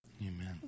Amen